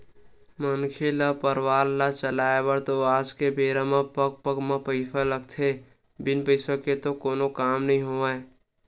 मनखे ल परवार ल चलाय बर तो आज के बेरा म पग पग म पइसा लगथे बिन पइसा के तो कोनो काम नइ होवय